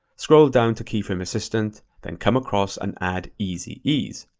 scroll down to keyframe assistant, then come across and add easy ease.